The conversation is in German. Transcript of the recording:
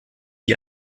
die